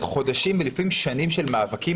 אלה חודשים ולפעמים שנים של מאבקים